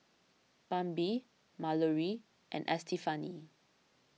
Bambi Malorie and Estefani